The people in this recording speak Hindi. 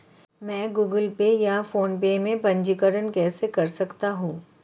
मैं गूगल पे या फोनपे में पंजीकरण कैसे कर सकता हूँ?